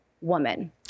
woman